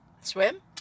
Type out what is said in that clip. swim